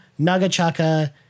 Nagachaka